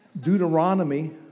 Deuteronomy